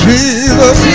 Jesus